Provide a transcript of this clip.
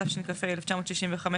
התשכ"ה-1965,